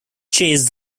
chase